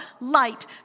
light